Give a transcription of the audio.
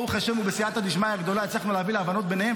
ברוך השם ובסייעתא דשמיא גדולה הצלחנו להביא להבנות ביניהם,